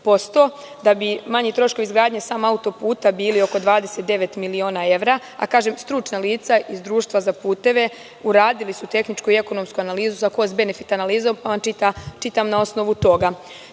da bi manji troškovi izgradnje samo auto-puta bili oko 29 miliona evra, a kažem stručna lica iz Društva za puteve, uradili su tehničku i ekonomsku analizu sa kost benefit analizom, to vam čitam na osnovu